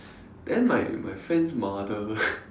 then my my friend's mother